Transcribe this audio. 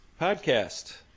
podcast